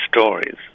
stories